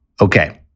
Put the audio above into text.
Okay